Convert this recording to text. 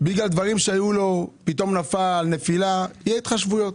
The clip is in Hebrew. בגלל דברים שהיו לו פתאום נפל נפילה יהיו התחשבויות.